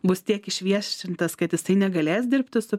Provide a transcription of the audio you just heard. bus tiek išviešintas kad jisai negalės dirbti su